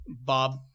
Bob